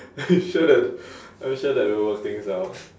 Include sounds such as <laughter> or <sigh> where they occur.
<laughs> are you sure that are you sure that you'll work things out